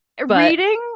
Reading